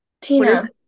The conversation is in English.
Tina